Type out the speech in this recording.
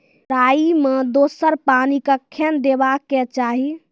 राई मे दोसर पानी कखेन देबा के चाहि?